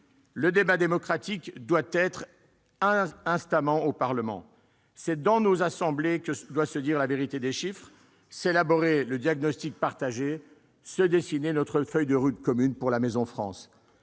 Le débat démocratique doit se tenir au Parlement. C'est dans nos assemblées que doivent se dire la vérité des chiffres, s'élaborer le diagnostic partagé et se dessiner la feuille de route commune pour la maison France.